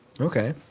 Okay